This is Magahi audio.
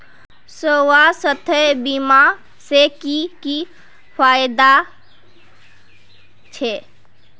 स्वास्थ्य बीमा से की की फायदा छे?